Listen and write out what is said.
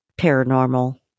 paranormal